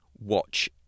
watch